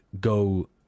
go